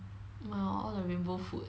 ya all the rainbow food